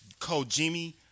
Kojimi